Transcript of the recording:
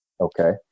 okay